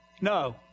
No